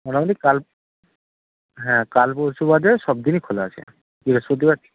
মোটামুটি কাল হ্যাঁ কাল পরশু বাদে সব দিনই খোলা আছে বৃহস্পতিবার